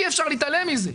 אי אפשר להתעלם מזה.